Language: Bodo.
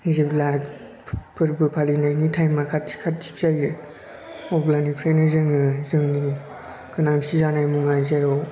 जेब्ला फोरबो फालिनायनि थाइमआ खाथि खाथि जायो अब्लानिफ्रायनो जोङो जोंनि गोनांथि जानाय मुवा जेराव